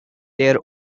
their